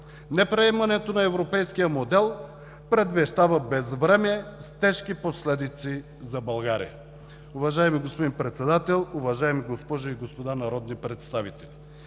Неприемането на европейския модел предвещава безвремие с тежки последици за България.